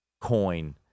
coin